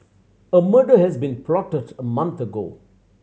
a murder has been plotted a month ago